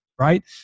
right